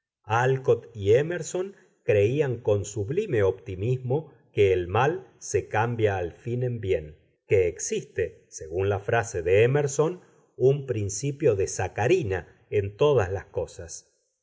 y émerson creían con sublime optimismo que el mal se cambia al fin en bien que existe según la frase de émerson un principio de sacarina en todas las cosas